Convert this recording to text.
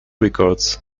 records